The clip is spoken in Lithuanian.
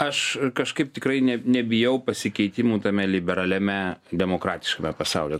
aš kažkaip tikrai ne nebijau pasikeitimų tame liberaliame demokratiškame pasauly